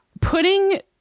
putting